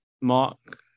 Mark